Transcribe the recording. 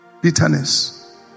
Bitterness